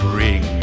ring